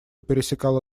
пересекала